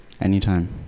anytime